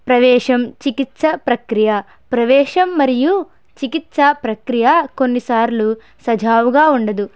ప్రవేశం చికిత్స ప్రక్రియ ప్రవేశం మరియు చికిత్స ప్రక్రియ కొన్ని సార్లు సజావుగా ఉండదు